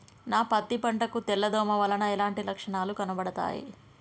నా పత్తి పంట కు తెల్ల దోమ వలన ఎలాంటి లక్షణాలు కనబడుతాయి?